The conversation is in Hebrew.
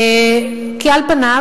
כי על פניו,